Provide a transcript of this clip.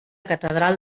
catedral